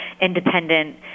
independent